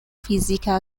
fizika